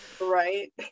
Right